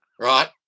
right